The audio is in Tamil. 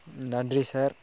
ம் நன்றி சார்